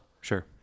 Sure